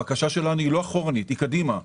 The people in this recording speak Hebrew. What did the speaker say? הבקשה שלנו היא לא אחורה אלא קדימה,